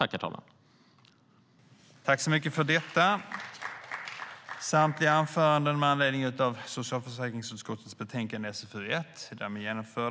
)